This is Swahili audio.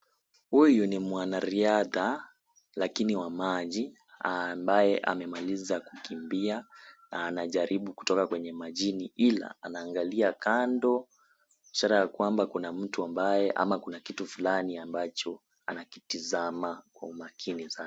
Huyu ni mwanariadha lakini wa maji ambaye amemaliza kukimbia na anajaribu kutoka kwenye majini ila anaangalia kando ishara ya kwamba kuna mtu ambaye ama kuna kitu fulani ambacho anakitizama kwa umakini sana.